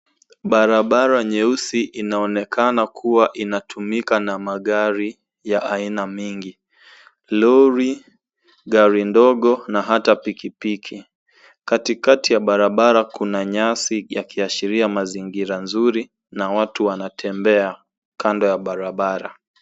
Barabara nyeusi inaonekana kuwa inatumika na magari ya aina mingi. Lori, gari ndogo na hata pikipiki. Katikati ya njia kuna nyasi yakiashiria mazingira nzuri na watu wanatembea kando ya barabara.